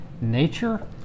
nature